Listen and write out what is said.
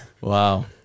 Wow